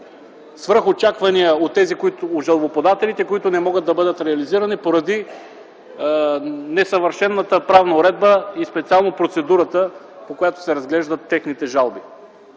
свръхочаквания у жалбоподателите, които не могат да бъдат реализирани поради несъвършената правна уредба и специално процедурата, по която се разглеждат техните жалби.